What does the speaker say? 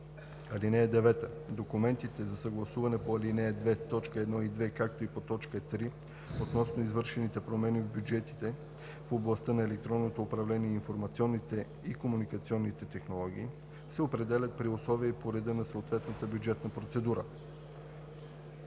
ал. 4. (9) Документите за съгласуване по ал. 2, т. 1 и 2, както и по т. 3, относно извършените промени по бюджетите в областта на електронното управление и информационните и комуникационните технологии, се определят при условията и по реда на съответната бюджетна процедура.“